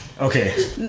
Okay